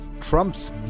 Trump's